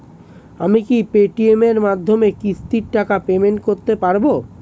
আমি কি Paytm এর মাধ্যমে কিস্তির টাকা পেমেন্ট করতে পারব?